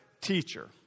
teacher